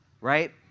right